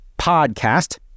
PODCAST